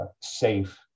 safe